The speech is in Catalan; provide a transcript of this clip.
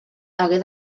hagué